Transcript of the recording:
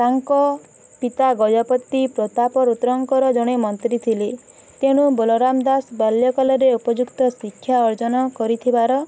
ତାଙ୍କ ପିତା ଗଜପତି ପ୍ରତାପ ରୁଦ୍ରଙ୍କର ଜଣେ ମନ୍ତ୍ରୀ ଥିଲେ ତେଣୁ ବଳରାମ ଦାସ ବାଲ୍ୟ କାଳରେ ଉପଯୁକ୍ତ ଶିକ୍ଷା ଅର୍ଜନ କରିଥିବାର